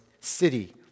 city